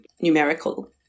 numerical